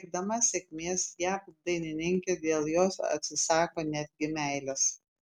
siekdama sėkmės jav dainininkė dėl jos atsisako netgi meilės